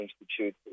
Institute